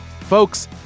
Folks